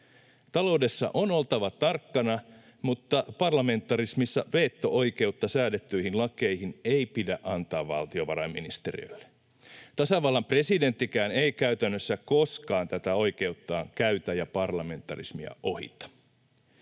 Taloudessa on oltava tarkkana, mutta parlamentarismissa veto-oikeutta säädettyihin lakeihin ei pidä antaa valtiovarainministeriölle. Tasavallan presidenttikään ei käytännössä koskaan tätä oikeuttaan käytä ja parlamentarismia ohita.